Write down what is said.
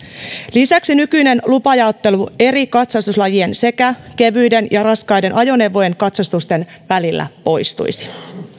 lisäksi nykyinen lupajaottelu eri katsastuslajien sekä kevyiden ja raskaiden ajoneuvojen katsastusten välillä poistuisi